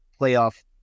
playoff